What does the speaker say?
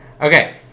Okay